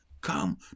Come